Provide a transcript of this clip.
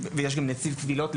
ויש גם נציב קבילות.